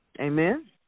Amen